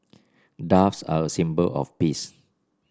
doves are a symbol of peace